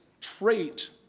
trait